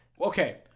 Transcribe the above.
Okay